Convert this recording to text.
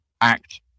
act